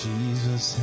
Jesus